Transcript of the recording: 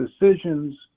decisions